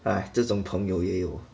哎这种朋友也有